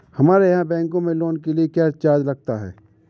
हमारे यहाँ बैंकों में लोन के लिए क्या चार्ज लगता है?